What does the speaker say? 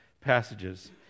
passages